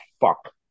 fuck